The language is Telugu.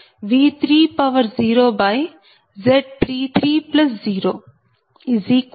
35 j2